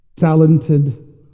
Talented